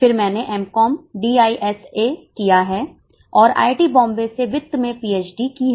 फिर मैंने M com D I S A किया है और आईआईटी बॉम्बे से वित्त में पीएचडी की है